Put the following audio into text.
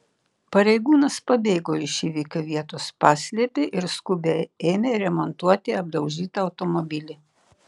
pareigūnas pabėgo iš įvykio vietos paslėpė ir skubiai ėmė remontuoti apdaužytą automobilį